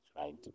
right